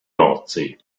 nordsee